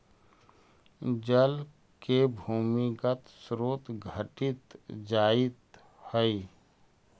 जल के भूमिगत स्रोत घटित जाइत हई